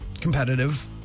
Competitive